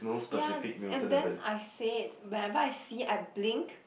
ya and then I said whenever I see I blink